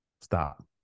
Stop